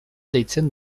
deitzen